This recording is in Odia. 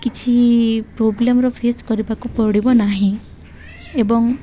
କିଛି ପ୍ରୋବ୍ଲେମ୍ର ଫେସ୍ କରିବାକୁ ପଡ଼ିବ ନାହିଁ ଏବଂ